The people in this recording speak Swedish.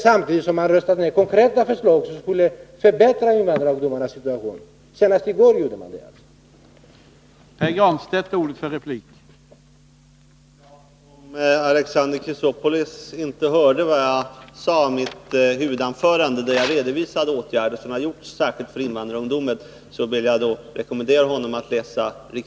Samtidigt röstar man ned konkreta förslag, som skulle förbättra invandrarungdomarnas situation — det skedde alltså senast i går.